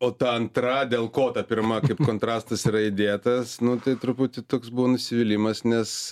o ta antra dėl ko ta pirma kaip kontrastas yra įdėtas nu tai truputį toks buvo nusivylimas nes